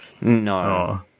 no